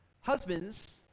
husbands